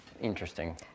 interesting